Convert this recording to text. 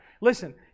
listen